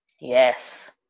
Yes